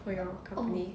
for your company